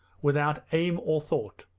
without aim or thought,